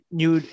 new